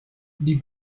die